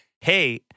hey